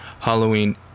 halloween